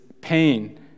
pain